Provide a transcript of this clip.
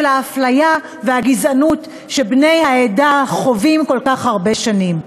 האפליה והגזענות שבני העדה חווים כל כך הרבה שנים.